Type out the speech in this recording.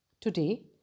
Today